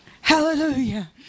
Hallelujah